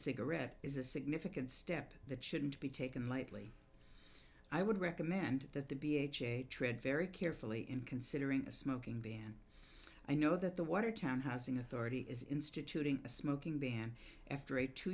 cigarette is a significant step that shouldn't be taken lightly i would recommend that the b h a tread very carefully in considering a smoking ban i know that the water town has an authority is instituting a smoking ban after a two